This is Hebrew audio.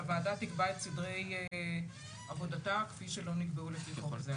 שהוועדה תקבע את סדרי עבודתה כפי שלא נקבעו לפי חוק זה.